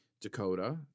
Dakota